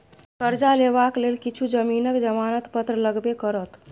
करजा लेबाक लेल किछु जमीनक जमानत पत्र लगबे करत